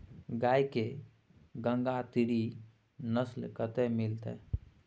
गाय के गंगातीरी नस्ल कतय मिलतै?